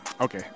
Okay